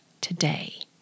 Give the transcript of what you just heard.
today